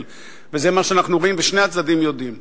וזה מה שאנחנו רואים, ושני הצדדים יודעים.